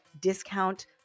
discount